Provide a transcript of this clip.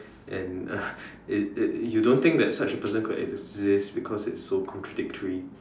and and and you you don't think that such a person could exist because it's so contradictory